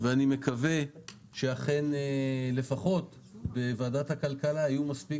ואני מקווה שאכן לפחות בוועדת הכלכלה יהיו מספיק